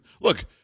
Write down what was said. Look